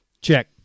Check